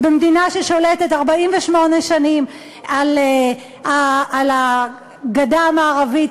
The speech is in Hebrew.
במדינה ששולטת 48 שנים על הגדה המערבית,